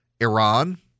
Iran